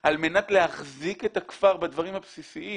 על מנת להחזיק את הכפר בדברים הבסיסיים.